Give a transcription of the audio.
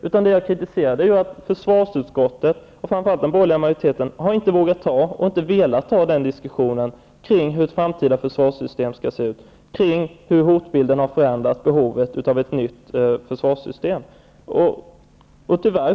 Vad jag kritiserar är att försvarsutskottet, framför allt den borgerliga majoriteten, inte har vågat, inte velat ta diskussionen om hur ett framtida försvarssystem skall se ut, om hur hotbilden har förändrats och om behovet av ett nytt försvarssystem.